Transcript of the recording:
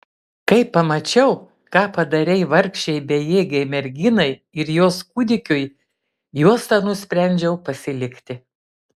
kai pamačiau ką padarei vargšei bejėgei merginai ir jos kūdikiui juostą nusprendžiau pasilikti